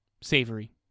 Savory